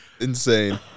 insane